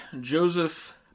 Joseph